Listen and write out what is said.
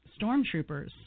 stormtroopers